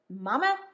mama